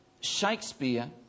Shakespeare